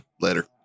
later